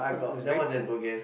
cause it was very cool